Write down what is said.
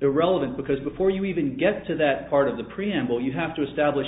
irrelevant because before you even get to that part of the preamble you have to establish